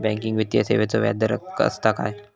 Banking वित्तीय सेवाचो व्याजदर असता काय?